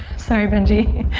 sorry benji.